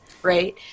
right